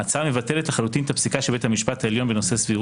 ההצעה מבטלת לחלוטין את הפסיקה של בית המשפט העליון בנושא סבירות,